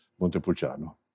Montepulciano